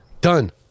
done